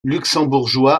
luxembourgeois